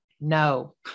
No